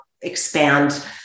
expand